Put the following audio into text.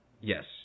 Yes